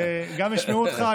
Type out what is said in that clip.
גם ישמעו אותך,